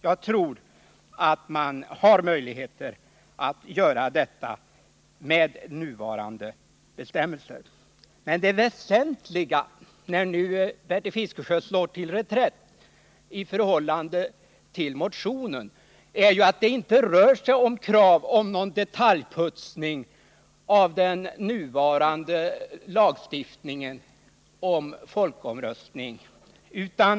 Jag tror att man kan nå samma resultat med de nuvarande bestämmelserna. Bertil Fiskesjö slog till reträtt med tanke på vad som föreslås i motionen, men det väsentliga är ju att det inte rör sig om krav på någon detaljputsning av den nuvarande lagen om folkomröstning.